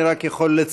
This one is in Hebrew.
אני יכול רק לצרף